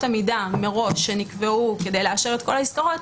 המידה מראש שנקבעו כדי לאשר את כל העסקאות,